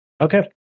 Okay